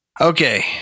Okay